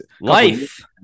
life